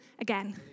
again